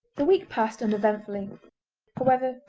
the week passed uneventfully however,